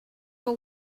for